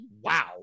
Wow